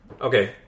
Okay